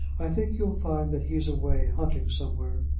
i think you'll find that he's away, hunting somewhere.